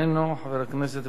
חבר הכנסת אברהים צרצור,